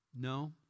No